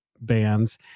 bands